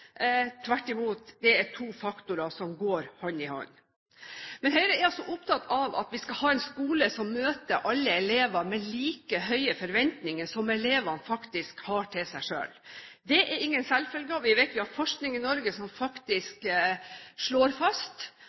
Tvert imot, det er to faktorer som går hånd i hånd. Men Høyre er altså opptatt av at vi skal ha en skole som møter alle elever med like høye forventninger som elevene faktisk har til seg selv. Det er ingen selvfølge. Vi vet jo at forskning i Norge slår fast